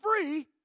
free